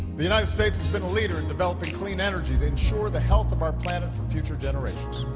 the united states has been a leader in developing clean energy to ensure the health of our planet for future generations.